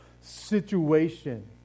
situation